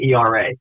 ERA